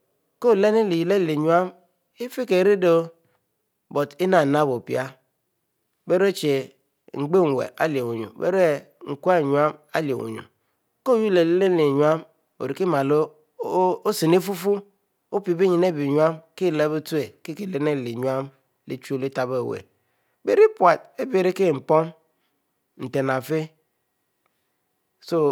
Ko lehnue uhylenu ahieh nue, ifikie rie but enap-nap opieh bie yureh ehie nghehri aleh nue, nkiehnue gleh-wunue, ko mieh o'sen-ifupfuh, opie bieyunu kieleh oo, l'ennu. bieri pute nten arieh fieh so